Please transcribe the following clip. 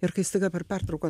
ir kai staiga per pertrauką